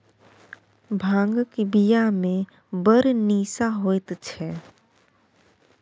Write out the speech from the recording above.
भांगक बियामे बड़ निशा होएत छै